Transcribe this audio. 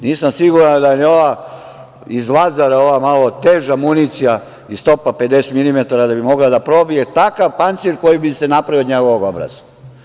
Nisam siguran da ni ova iz Lazara, malo teža municija iz topa 50 milimetara, da bi mogla da probije takav pancir koji bi se napravio od njegovog obraza.